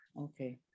Okay